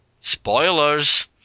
spoilers